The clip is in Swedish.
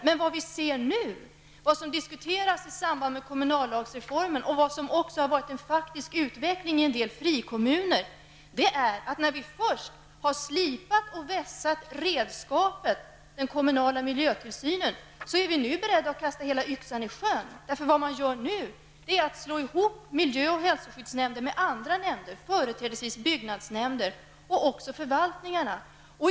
Men vad som nu diskuteras i samband med kommunallagsreformen och vad som varit en faktisk utveckling i en del frikommuner är att sedan man har slipat och vässat redskapet -- den kommunala miljötillsynen -- är man nu beredd att kasta yxan i sjön. Vad man nu gör är att slå ihop miljö och hälsoskyddsnämnden med andra nämnder, företrädesvis byggnadsnämnden. Detta gäller även förvaltningarna.